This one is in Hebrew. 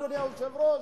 אדוני היושב-ראש,